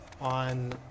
on